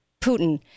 putin